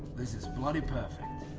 this is bloody perfect!